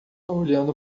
olhando